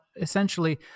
essentially